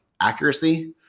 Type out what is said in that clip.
accuracy